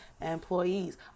employees